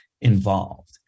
involved